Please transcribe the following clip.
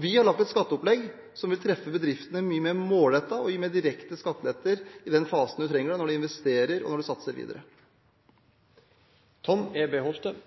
Vi har laget et skatteopplegg som vil treffe bedriftene mye mer målrettet, med direkte skatteletter i de fasene man trenger det – når man investerer og når man satser videre.